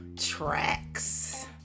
tracks